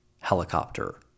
helicopter